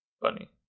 funny